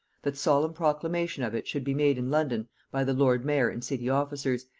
that solemn proclamation of it should be made in london by the lord-mayor and city officers,